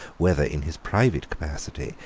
whether, in his private capacity,